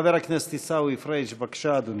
חבר הכנסת עיסאווי פריג' בבקשה, אדוני.